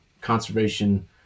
conservation